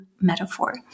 metaphor